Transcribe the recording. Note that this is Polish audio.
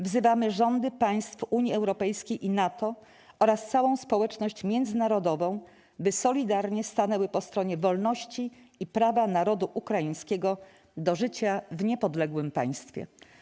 Wzywamy rządy państw UE i NATO oraz całą społeczność międzynarodową, by solidarnie stanęły po stronie wolności i prawa narodu ukraińskiego do życia w niepodległym państwie˝